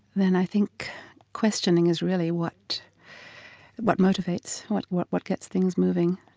then i think questioning is really what what motivates, what what what gets things moving.